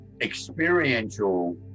experiential